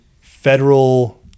federal